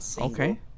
Okay